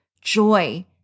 joy